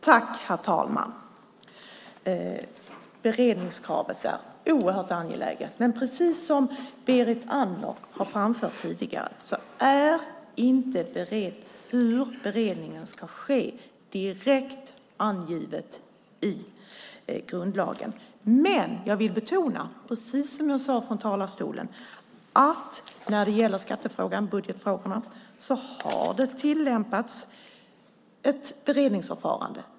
Herr talman! Beredningskravet är oerhört angeläget. Men precis som Berit Andnor har framfört tidigare är det inte direkt angivet i grundlagen hur beredningen ska ske. Jag vill dock betona, precis som jag sade från talarstolen, att när det gäller skattefrågan och budgetfrågorna har det tillämpats ett beredningsförfarande.